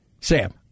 Sam